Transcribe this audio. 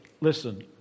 listen